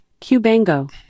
Cubango